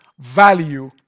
value